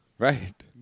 Right